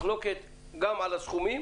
מחלוקת גם על הסכומים